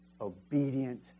obedient